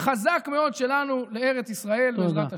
החזק מאוד שלנו מאוד לארץ ישראל, בעזרת השם.